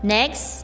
Next